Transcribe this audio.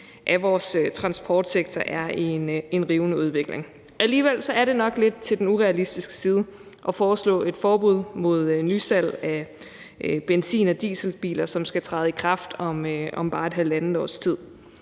af vores transportsektor er i en rivende udvikling. Alligevel er det nok lidt til den urealistiske side at foreslå et forbud mod nysalg af benzin- og dieselbiler, som skal træde i kraft om bare halvandet års tid.